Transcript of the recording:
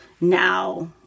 now